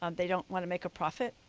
um they don't want to make a profit,